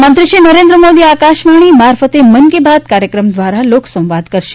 પ્રધાનમંત્રીશ્રી નરેન્દ્ર મોદી આકાશવાણી મારફતે મન કી બાત કાર્યક્રમ દ્વારા લોકસંવાદ કરશે